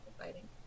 fighting